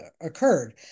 occurred